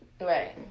Right